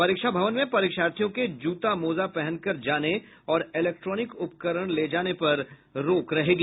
परीक्षा भवन में परीक्षार्थियों के जूता मोजा पहनकर जाने और इलेक्ट्रॉनिक उपकरण ले जाने पर रोक रहेगी